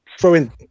throwing